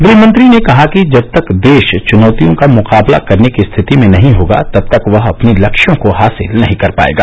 गृहमंत्री ने कहा कि जब तक देश चुनौतियों का मुकाबला करने की स्थिति में नहीं होगा तब तक वह अपने लक्ष्यों को हासिल नहीं कर पाएगा